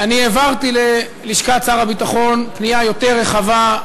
אני העברתי ללשכת שר הביטחון פנייה יותר רחבה,